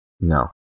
No